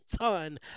ton